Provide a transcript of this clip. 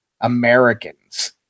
Americans